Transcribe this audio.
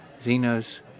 Zeno's